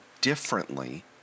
differently